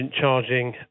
charging